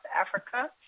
Africa